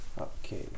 okay